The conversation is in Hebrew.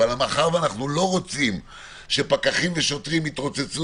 אבל מאחר שאנחנו לא רוצים שפקחים ושוטרים יתרוצצו